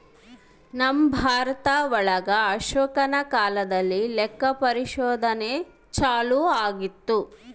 ನಮ್ ಭಾರತ ಒಳಗ ಅಶೋಕನ ಕಾಲದಲ್ಲಿ ಲೆಕ್ಕ ಪರಿಶೋಧನೆ ಚಾಲೂ ಆಗಿತ್ತು